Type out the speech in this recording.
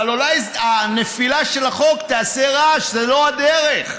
אבל אולי הנפילה של החוק תעשה רעש, זו לא הדרך,